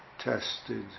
tested